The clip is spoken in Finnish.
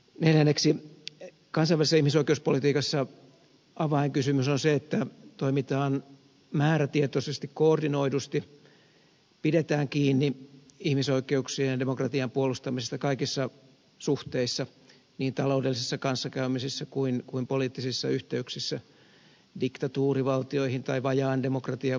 neljänneksi kansainvälisessä ihmisoikeuspolitiikassa avainkysymys on se että toimitaan määrätietoisesti koordinoidusti pidetään kiinni ihmisoikeuksien ja demokratian puolustamisesta kaikissa suhteissa niin taloudellisessa kanssakäymisessä kuin poliittisissa yhteyksissä diktatuurivaltioihin tai vajaan demokratian valtioihin